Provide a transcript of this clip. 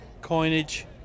coinage